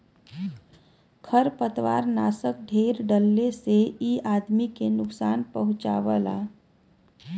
खरपतवारनाशक ढेर डलले से इ आदमी के नुकसान पहुँचावला